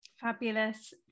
Fabulous